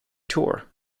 tour